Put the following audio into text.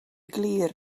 glir